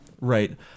Right